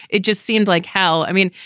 it just seemed like hell. i mean,